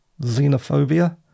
xenophobia